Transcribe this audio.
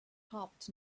hopped